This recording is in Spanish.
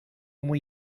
muy